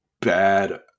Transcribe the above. bad